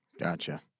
Gotcha